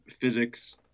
physics